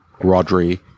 Rodri